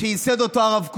שייסד הרב קוק,